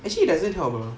actually it doesn't help hor